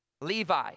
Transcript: Levi